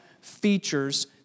features